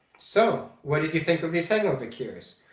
so what did you think of these hangover cures?